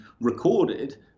recorded